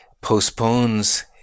postpones